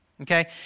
Okay